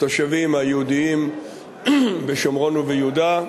התושבים היהודים בשומרון וביהודה.